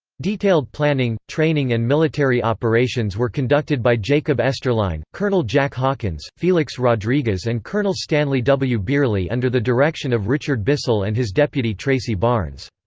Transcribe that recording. detailed planning, training and military operations were conducted by jacob esterline, colonel jack hawkins, felix rodriguez and colonel stanley w. beerli under the direction of richard bissell and his deputy tracy barnes.